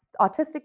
autistic